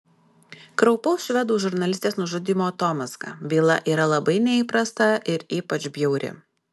kraupaus švedų žurnalistės nužudymo atomazga byla yra labai neįprasta ir ypač bjauri